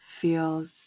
feels